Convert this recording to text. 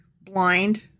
blind